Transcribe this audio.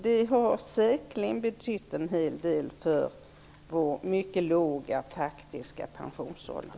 Det har säkerligen betytt en hel del för vår mycket låga faktiska pensionsålder.